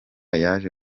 yaje